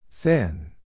Thin